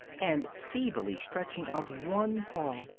and feebly stretching out one paw,